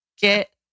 Get